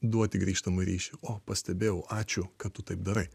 duoti grįžtamąjį ryšį o pastebėjau ačiū kad tu taip darai